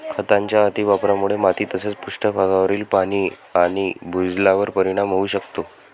खतांच्या अतिवापरामुळे माती तसेच पृष्ठभागावरील पाणी आणि भूजलावर परिणाम होऊ शकतो